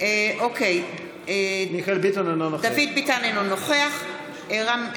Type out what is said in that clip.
אינו נוכח יאיר גולן, בעד מאי גולן, אינה נוכחת